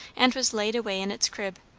and was laid away in its crib,